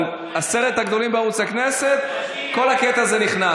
אבל לעשרת הגדולים בערוץ הכנסת כל הקטע הזה נכנס.